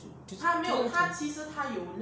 就就是讲